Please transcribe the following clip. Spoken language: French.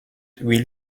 huile